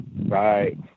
Right